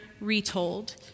retold